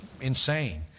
insane